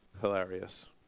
hilarious